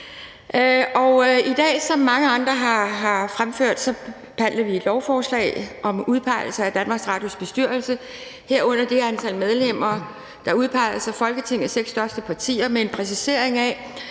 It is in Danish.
vi, som mange andre også har fremført, et lovforslag om udpegelse af DR's bestyrelse, herunder det antal medlemmer, der udpeges af Folketingets seks største partier, med en præcisering af,